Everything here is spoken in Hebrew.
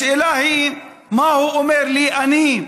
השאלה היא: מה הוא אומר לי, אני,